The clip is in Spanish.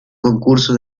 concurso